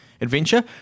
adventure